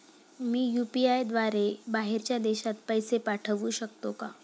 मी UPI द्वारे बाहेरच्या देशात पैसे पाठवू शकतो का?